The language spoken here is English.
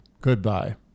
Goodbye